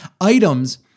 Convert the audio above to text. items